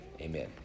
amen